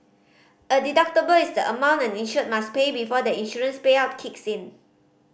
a deductible is the amount an insured must pay before the insurance payout kicks in